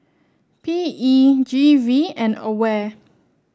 P E G V and Aware